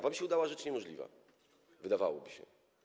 Wam się udała rzecz niemożliwa, wydawałoby się.